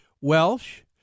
Welsh